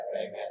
Amen